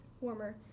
Warmer